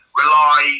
Rely